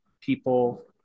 People